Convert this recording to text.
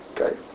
Okay